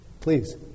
Please